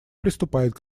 приступает